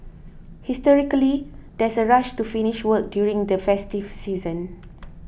historically there's a rush to finish work during the festive season